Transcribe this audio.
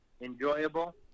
enjoyable